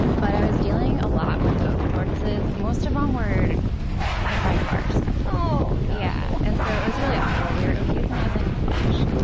but i was dealing a lot with gopher tortoises. most of them um were hit by cars. ohhh no! yeah. and so it was really awful. we were really euthanizing a whole bunch.